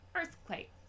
earthquake